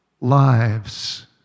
lives